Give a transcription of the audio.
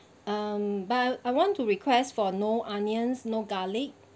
um but I want to request for no onions no garlic